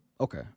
Okay